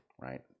right